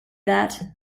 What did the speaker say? that